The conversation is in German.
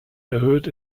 erhöht